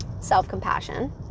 self-compassion